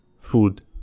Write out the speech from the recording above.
food